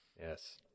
Yes